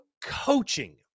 coaching